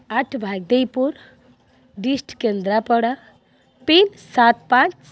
at Bhagadeipur dist Kendrapara pin ସାତ ପାଞ୍ଚ